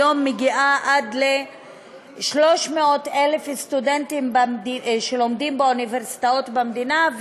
היום היא מגיעה עד 300,000 סטודנטים שלומדים באוניברסיטאות במדינה,